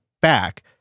back